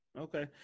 Okay